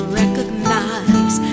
recognize